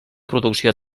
producció